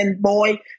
boy